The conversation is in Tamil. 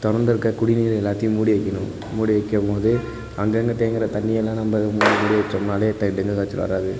திறந்துருக்குற குடிநீர் எல்லாத்தையும் மூடி வைக்கணும் மூடி வைக்கும்போது அங்கங்கே தேங்குகிற தண்ணிர் எல்லாம் நம்ம மூடி வச்சோம்னாலே த டெங்கு காய்ச்சல் வராது